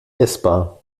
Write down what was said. essbar